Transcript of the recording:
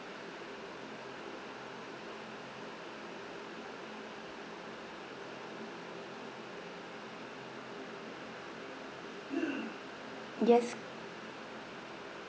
yes